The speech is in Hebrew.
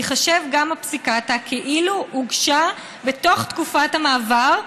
תיחשב גם הפסיקתא כאילו הוגשה בתוך תקופת המעבר,